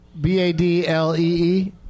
B-A-D-L-E-E